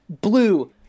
blue